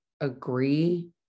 agree